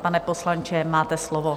Pane poslanče, máte slovo.